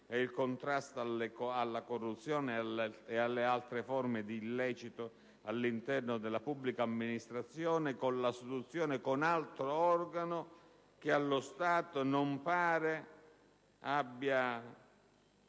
ed il contrasto della corruzione e delle altre forme di illecito all'interno della pubblica amministrazione, e alla sua sostituzione con un altro organo che, allo stato, non pare abbia